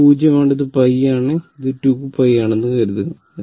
ഇത് 0 ആണ് ഇത് π ആണ് ഇത് 2π ആണെന്ന് കരുതുക